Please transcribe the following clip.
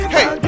Hey